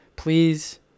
Please